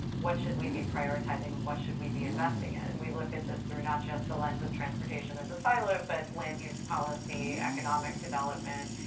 what should we be prioritizing? and what should we be investing in? and we looked at this through not just the lens of transportation as a silo, but land use policy, economic development,